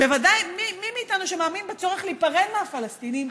בוודאי מי מאיתנו שמאמין בצורך להיפרד מהפלסטינים,